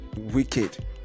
wicked